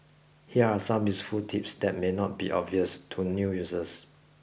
here are some useful tips that may not be obvious to new users